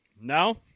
No